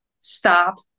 stop